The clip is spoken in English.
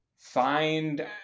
find